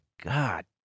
God